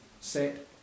set